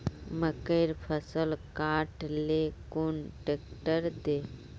मकईर फसल काट ले कुन ट्रेक्टर दे?